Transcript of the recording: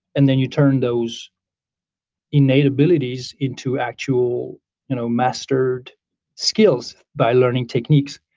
and then you turn those innate abilities into actual you know mastered skills by learning techniques.